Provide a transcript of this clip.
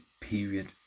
period